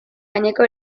gaineko